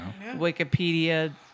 Wikipedia